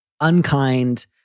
unkind